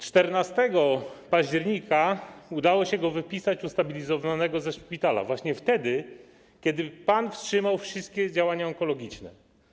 14 października udało się go wypisać ustabilizowanego ze szpitala, właśnie wtedy, kiedy pan wstrzymał wszystkie działania onkologiczne.